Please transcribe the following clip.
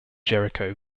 jericho